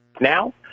now